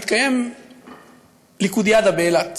תתקיים "ליכודיאדה" באילת,